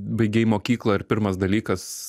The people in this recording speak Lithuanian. baigei mokyklą ir pirmas dalykas